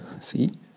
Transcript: See